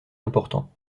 important